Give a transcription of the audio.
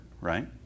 right